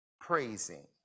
praising